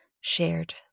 shared